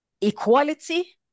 equality